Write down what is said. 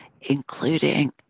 including